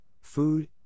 food